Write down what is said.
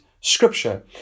scripture